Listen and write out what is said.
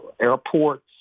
airports